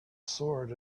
sword